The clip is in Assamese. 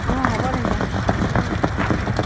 অ' হ'ব তেন্তে